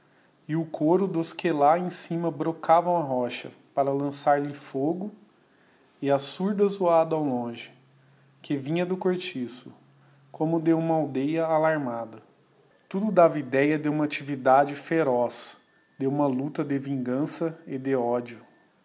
e o côro dos que lá em cima brocavam a rocha para lançar-lhe fogo e a surda zoada ao longe que vinha do cortiço como de uma aldeia alarmada tudo dava idéa de uma actividade feroz de uma lucta de vingança e de ódio